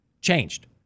changed